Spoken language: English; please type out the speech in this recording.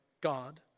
God